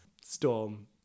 Storm